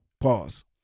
pause